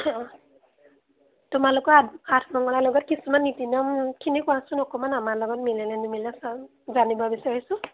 তোমালোকৰ আঠমঙলা লগত কিছুমান নীতি নিয়ম খিনি কোৱাচোন অকণমান আমাৰ লগত মিলে নে নিমিলে চাম জানিব বিচাৰিছোঁ